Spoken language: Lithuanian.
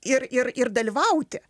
ir ir ir dalyvauti